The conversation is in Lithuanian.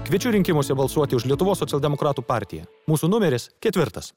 kviečiu rinkimuose balsuoti už lietuvos socialdemokratų partiją mūsų numeris ketvirtas